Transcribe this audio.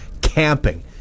camping